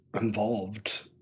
involved